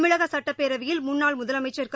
தமி ழக சட்டப் பேரவையில் முன்னாள் முதலமைச்சா்